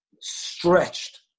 stretched